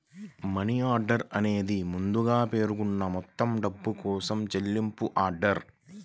money order అనేది ముందుగా పేర్కొన్న మొత్తం డబ్బు కోసం చెల్లింపు ఆర్డర్